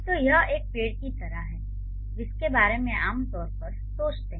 तो यह एक पेड़ की तरह है जिसके बारे में आप आमतौर पर सोचते हैं